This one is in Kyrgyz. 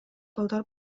балдар